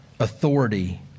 authority